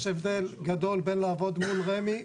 יש הבדל גדול בין לעבוד מול רמ"י.